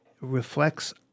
reflects